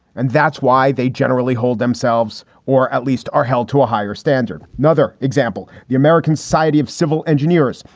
and that's why they generally hold themselves or at least are held to a higher standard. another example, the american society of civil engineers.